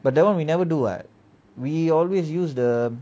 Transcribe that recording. but that [one] we never do it we always use the